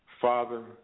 Father